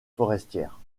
forestière